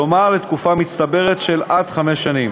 כלומר בתקופה מצטברת של עד חמש שנים.